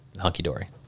Hunky-dory